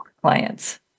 clients